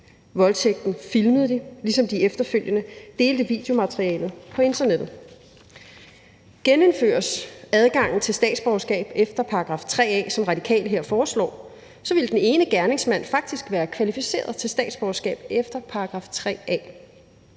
Voldtægten filmede de, ligesom de efterfølgende delte videomaterialet på internettet. Genindføres adgangen til statsborgerskab efter § 3 A, som Radikale her foreslår, ville den ene gerningsmand faktisk være kvalificeret til statsborgerskab efter § 3